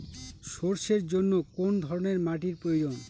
সরষের জন্য কোন ধরনের মাটির প্রয়োজন?